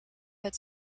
had